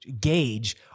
gauge